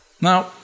Now